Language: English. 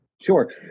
Sure